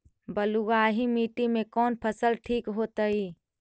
बलुआही मिट्टी में कौन फसल ठिक होतइ?